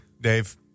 Dave